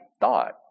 thought